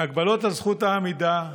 הגבלות על זכות העמידה,